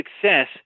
success